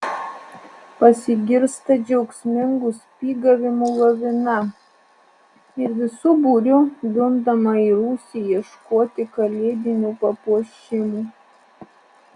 pasigirsta džiaugsmingų spygavimų lavina ir visu būriu dundama į rūsį ieškoti kalėdinių papuošimų